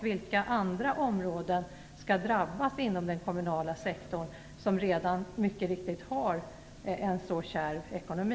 Vilka andra områden skall drabbas inom den kommunala sektorn som redan, mycket riktigt, har en kärv ekonomi?